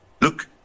Look